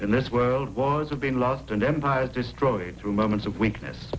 in this world was a being lost and empire destroyed through moments of weakness